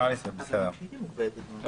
ראש השירות שנקרא פה יוכל, מה?